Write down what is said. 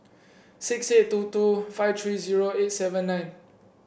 six six two two five three zero eight seven nine